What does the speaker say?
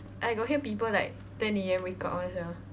I got hear people like ten A_M wake up [one] sia